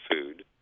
food